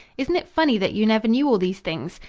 isn't it funny that you never knew all these things?